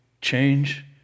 change